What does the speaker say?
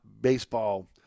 baseball